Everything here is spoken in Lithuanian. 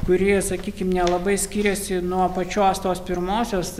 kuri sakykim nelabai skiriasi nuo pačios tos pirmosios